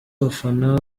abafana